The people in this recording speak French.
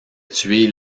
tué